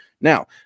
Now